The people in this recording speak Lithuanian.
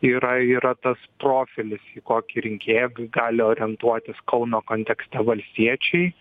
yra yra tas profilis į kokį rinkėją gali orientuotis kauno kontekste valstiečiai